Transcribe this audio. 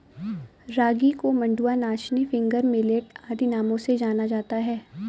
रागी को मंडुआ नाचनी फिंगर मिलेट आदि नामों से जाना जाता है